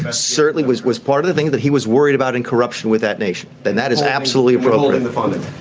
ah certainly was was part of the thing that he was worried about and corruption with that nation then that is absolutely brutal in the funding.